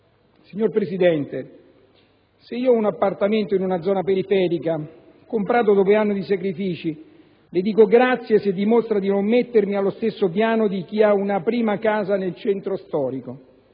Signora Presidente, se ho un appartamento in una zona periferica comprato dopo anni di sacrifici le dico grazie se dimostra di non mettermi sullo stesso piano di chi ha una prima casa nel centro storico.